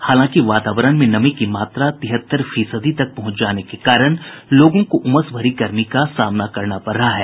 हालांकि वातावरण में नमी की मात्रा तिहत्तर फीसदी तक पहुंच जाने के कारण लोगों को उमस भरी गर्मी का सामना पड़ रहा है